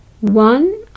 One